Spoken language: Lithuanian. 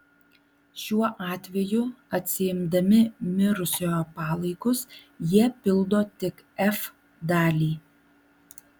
šiuo atveju atsiimdami mirusiojo palaikus jie pildo tik f dalį